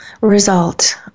result